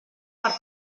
per